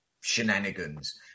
shenanigans